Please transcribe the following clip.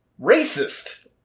racist